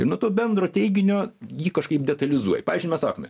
ir nuo to bendro teiginio jį kažkaip detalizuoja pavyzdžiui mes sakome